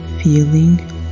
feeling